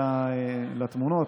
לתמונות,